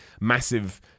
massive